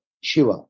Shiva